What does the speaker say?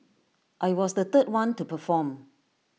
I was the third one to perform